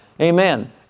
Amen